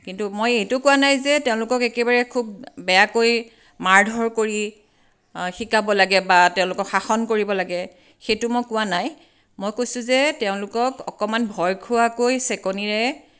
কিন্তু মই এইটো কোৱা নাই যে তেওঁলোকক একেবাৰে খুব বেয়াকৈ মাৰ ধৰ কৰি শিকাব লাগে বা তেওঁলোকক শাসন কৰিব লাগে সেইটো মই কোৱা নাই মই কৈছোঁ যে তেওঁলোকক অকণমান ভয় খুৱাকৈ চেকনিৰে